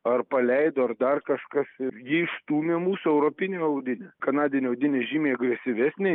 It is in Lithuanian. ar paleido ar dar kažkas ir ji išstūmė mūsų europinę audinę kanadinė audinė žymiai agresyvesnė